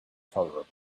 tolerable